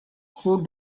who